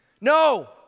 No